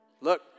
Look